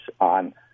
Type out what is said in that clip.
on